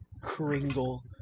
Kringle